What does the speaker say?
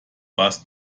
was